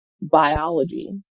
biology